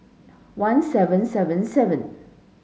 one seven seven seven